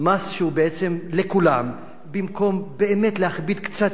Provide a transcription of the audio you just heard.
מס שהוא בעצם לכולם, במקום באמת להכביד קצת יותר